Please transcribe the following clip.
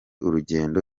urugendo